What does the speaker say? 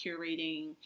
curating